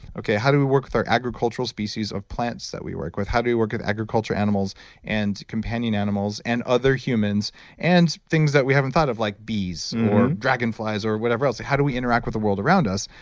how do we work with our agricultural species of plants that we work with? how do we work with agriculture animals and companion animals and other humans and things that we haven't thought of, like bees or dragonflies or whatever else? how do we interact with the world around us?